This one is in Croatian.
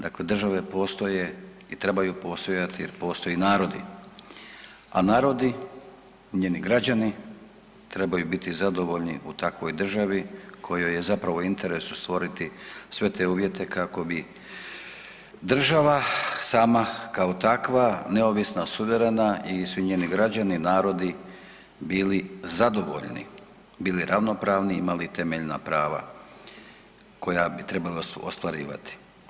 Dakle, države postoje i trebaju postojati jer postoje narodi, a narodi, njeni građani trebaju biti zadovoljni u takvoj državi kojoj je zapravo interes stvoriti sve te uvjete kako bi država sama kao takva neovisna, suverena i svi njeni građani, narodi bili zadovoljni, bili ravnopravni, imali temeljna prava koja bi trebali ostvarivati.